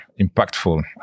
impactful